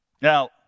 Now